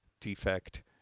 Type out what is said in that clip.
defect